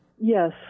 Yes